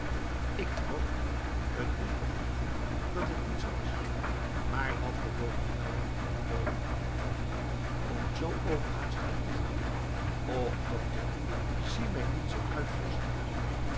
ik geloof je t doet me genoegen dat t niet zoo is maar wat bewoog je dan om om zoo overhaast heen te gaan och dokter zie mij niet zoo uitvorschend aan